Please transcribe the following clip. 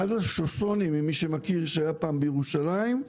מאז השוסונים שהיו פעם בירושלים,